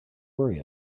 worry